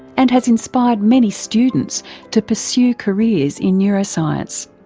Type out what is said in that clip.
and has inspired many students to pursue careers in neuroscience.